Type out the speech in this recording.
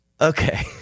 Okay